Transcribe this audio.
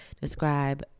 describe